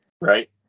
right